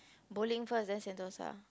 bowling first then Sentosa